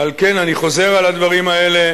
ועל כן אני חוזר על הדברים האלה.